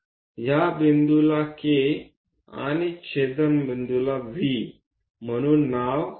या बिंदूला K आणि छेदनबिंदूला V म्हणून नाव द्या